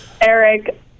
Eric